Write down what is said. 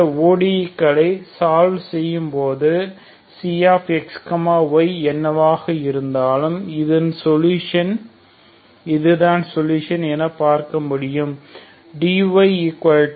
இந்த ODE களை solve செய்யும் போது xy என்னவாக இருந்தாலும் இது சொலுஷன் என பார்க்க முடியும்